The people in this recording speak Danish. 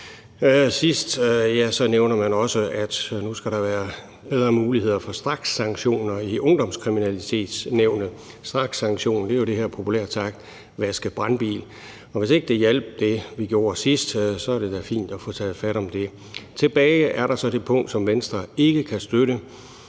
sidst nævner man også, at der nu skal være bedre muligheder for strakssanktioner i Ungdomskriminalitetsnævnet. Strakssanktioner er jo populært sagt det her med at vaske brandbil. Og hvis ikke det hjalp, hvad vi gjorde sidst, så er det da fint at få taget fat om det. Tilbage er der så det punkt, som Venstre ikke kan støtte,